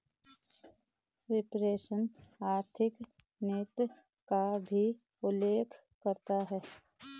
reflation आर्थिक नीति का भी उल्लेख करता है